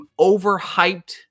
overhyped